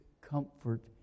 comfort